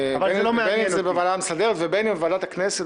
בין אם זה בוועדה המסדרת ובין אם ועדת הכנסת,